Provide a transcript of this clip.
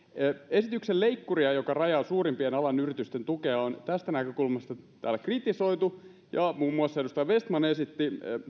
esityksen leikkuria joka rajaa suurimpien alan yritysten tukea on tästä näkökulmasta täällä kritisoitu ja muun muassa edustaja vestman esitti